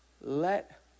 let